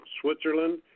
Switzerland